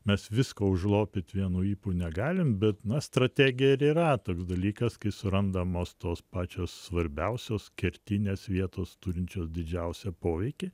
mes visko užlopyt vienu ypu negalim bet na strategija ir yra toks dalykas kai surandamos tos pačios svarbiausios kertinės vietos turinčios didžiausią poveikį